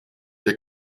der